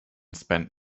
spent